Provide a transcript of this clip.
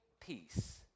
peace